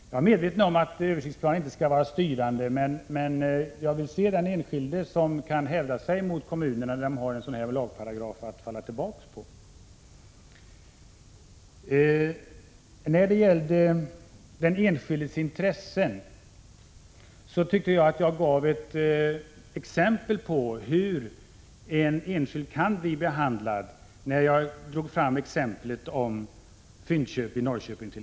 Jag håller med om att en översiktsplan inte skall vara styrande, men jag vill se den enskilde som kan hävda sig mot kommunerna, när de har en sådan här lagparagraf att falla tillbaka på. Beträffande den enskildes intressen tyckte jag att jag gav ett exempel på hur en enskild kan bli behandlad, när jag pekade på Fyndköp i Norrköping.